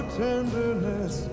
tenderness